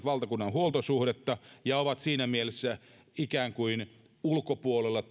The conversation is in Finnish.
valtakunnan huoltosuhdetta ja ovat siinä mielessä ikään kuin työelämän ulkopuolella